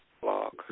blog